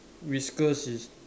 whiskers is